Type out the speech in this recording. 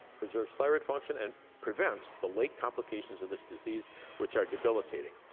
preserves thyroid function and prevents the late complications of this disease which are debilitating.